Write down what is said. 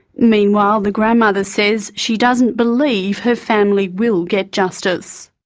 meanwhile the grandmother says she doesn't believe her family will get justice.